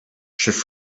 should